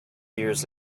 years